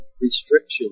restrictions